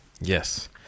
Yes